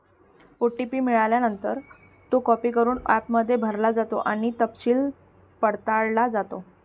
OTP मिळाल्यानंतर, तो copy करून ॲपमध्ये भरला जातो आणि तपशील पडताळला जातो